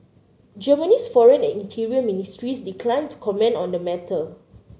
Germany's foreign and interior ministries declined to comment on the matter